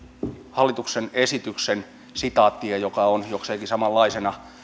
hallituksen esityksen sitaattia joka on jokseenkin samanlaisena